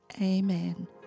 Amen